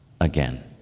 again